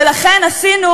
ולכן עשינו,